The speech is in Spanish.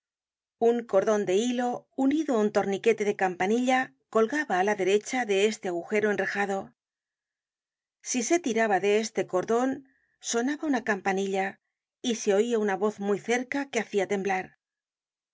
un cordon de hilo unido á un torniquete de campanilla colgaba á la derecha de este agujero enrejado si se tiraba de este cordon sonaba una campanilla y se oia una voz muy cerca que hacia temblar